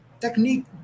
Technique